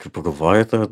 kai pagalvoji tą